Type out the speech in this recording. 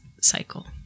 cycle